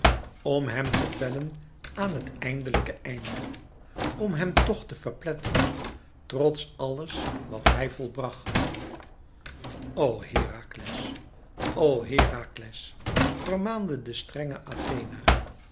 om hem te vellen aan het eindelijke einde om hem tch te verpletteren trots alles wat hij volbracht o herakles o herakles vermaande de strenge athena